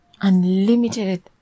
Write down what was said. unlimited